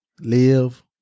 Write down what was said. Live